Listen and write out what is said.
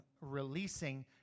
releasing